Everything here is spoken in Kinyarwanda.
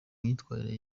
myitwarire